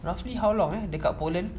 roughly how long ah dekat pollen